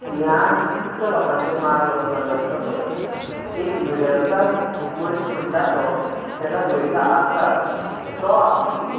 ह्या आनी कितले लोकांचेर मार बसतलो तो पळयात एक मिडल क्लास मनीस म्हणटा तो ताका दुयेसां आसतात तो आपली